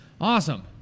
Awesome